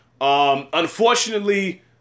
Unfortunately